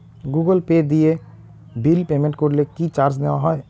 Google Pay দিয়ে bill payment করলে কি চার্জ নেওয়া হয়?